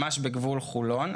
ממש בגבול חולון,